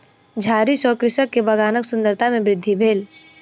झाड़ी सॅ कृषक के बगानक सुंदरता में वृद्धि भेल